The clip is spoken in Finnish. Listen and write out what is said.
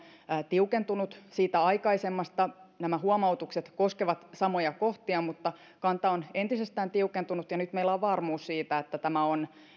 tiukentunut siitä aikaisemmasta nämä huomautukset koskevat samoja kohtia mutta kanta on entisestään tiukentunut ja nyt meillä on varmuus siitä että tämä suomen lainsäädäntö on